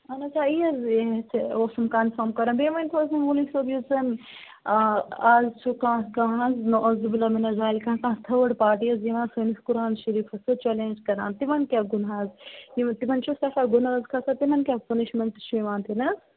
اہَن حظ آ اوسُم کَنفٲم کَرُن بیٚیہِ ؤنۍتو حظ مولوی صٲب یُس زَن آ آز چھُ کانٛہہ کانٛہہ حظ نَعوذ باللہ مِنَ ذالِکہ کانٛہہ تھٲڑ پاٹی یہِ ٲس دِوان سٲنِس قُرآن شریٖفَس سۭتۍ چَلینٛج کَران تِمَن کیٛاہ گُناہ حظ چھِ یِمَن تِمَن چھِ سٮ۪ٹھاہ گُناہ حظ کھَسان تِمَن کیٛاہ پٔنِشمٮ۪نٛٹ چھِ یِوان دِنہٕ حظ